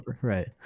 Right